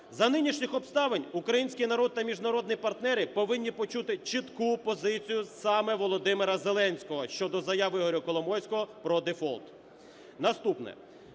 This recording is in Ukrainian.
За нинішніх обставин український народ та міжнародні партнери повинні почути чітку позицію саме Володимира Зеленського щодо заяви Ігоря Коломойського про дефолт. Наступне.